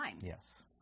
Yes